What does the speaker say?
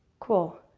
cool.